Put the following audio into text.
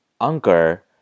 anchor